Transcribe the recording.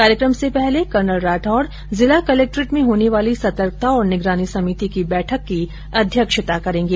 कार्यकम से पहले कर्नल राठौड जिला कलक्ट्रेट में होने वाली सतर्कता और निगरानी समिति की बैठक की अध्यक्षता करेंगे